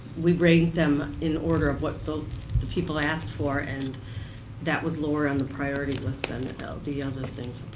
we break them in order of what the the people asked for. and that was lower on the priority list than the the other things